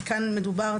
כי כאן מדובר,